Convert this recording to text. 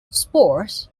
spores